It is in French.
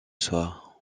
soit